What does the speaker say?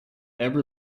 ever